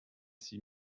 six